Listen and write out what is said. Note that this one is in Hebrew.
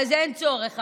אין צורך.